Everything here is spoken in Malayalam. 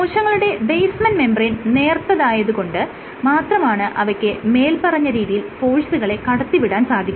കോശങ്ങളുടെ ബേസ്മെൻറ് മെംബ്രേയ്ൻ നേർത്തതായത് കൊണ്ട് മാത്രമാണ് അവയ്ക്ക് മേല്പറഞ്ഞ രീതിയിൽ ഫോഴ്സുകളെ കടത്തിവിടാൻ സാധിക്കുന്നത്